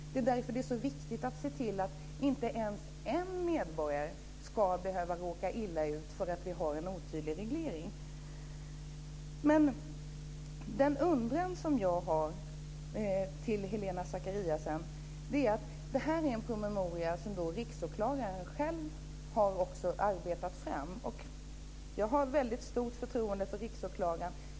Det är därför det är så viktigt att se till att inte ens en enda medborgare ska behöva råka illa ut därför att vi har en otydlig reglering. Jag har en andra undran till Helena Zakariasén. Det här är en promemoria som Riksåklagaren själv har arbetat fram. Jag har väldigt stort förtroende för Riksåklagaren.